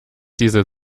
diese